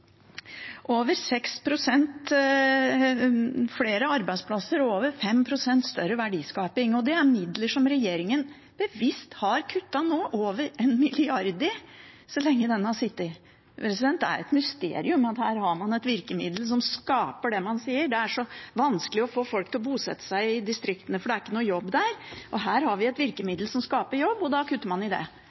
over 6 pst. flere arbeidsplasser og over 5 pst. større verdiskaping. Det er midler som regjeringen bevisst har kuttet over 1 mrd. kr i så lenge de har sittet. Det er et mysterium, for her har man et virkemiddel som skaper det man ønsker. Man sier det er så vanskelig å få folk til å bosette seg i distriktene, for det er ikke noen jobb der, og her har vi et virkemiddel som skaper jobb, og så kutter man i det.